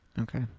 Okay